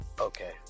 Okay